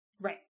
Right